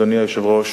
אדוני היושב-ראש,